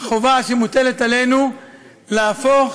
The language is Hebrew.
חובה שמוטלת עלינו היא להפוך